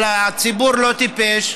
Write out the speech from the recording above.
אבל הציבור לא טיפש.